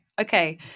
Okay